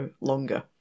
longer